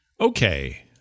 okay